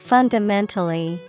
Fundamentally